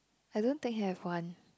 I don't think have one